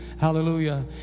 Hallelujah